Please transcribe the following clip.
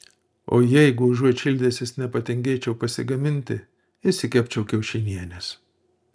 o jeigu užuot šildęsis nepatingėčiau pasigaminti išsikepčiau kiaušinienės